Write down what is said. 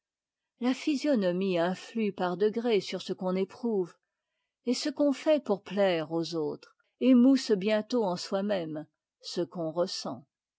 la physionomie influe par degrés sur ce qu'on éprouve et ce qu'on fait pour plaire aux autres émousse bientôt en soi-même ce qu'on ressent